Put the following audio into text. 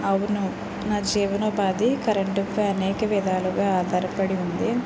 అవును నా జీవనోపాధి కరెంటుపై అనేక విధాలు ఆధారపడి ఉంది